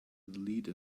delete